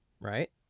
right